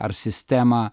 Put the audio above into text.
ar sistema